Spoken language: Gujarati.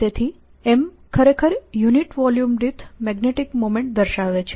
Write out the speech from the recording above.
તેથી M ખરેખર યુનિટ વોલ્યુમ દીઠ મેગ્નેટિક મોમેન્ટ દર્શાવે છે